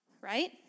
right